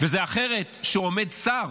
וזה אחרת כשעומד שר